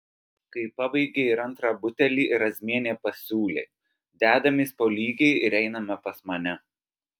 kai pabaigė ir antrą butelį razmienė pasiūlė dedamės po lygiai ir einame pas mane